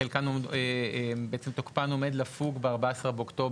חלקן, תוקפן עומד לפוג ב-14.10.2023.